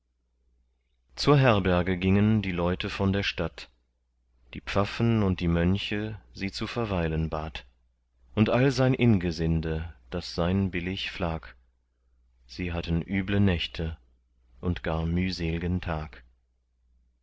zur herberge gingen die leute von der stadt die pfaffen und die mönche sie zu verweilen bat und all sein ingesinde das sein billig pflag sie hatten üble nächte und gar mühselgen tag